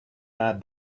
not